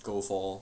go for